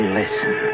listen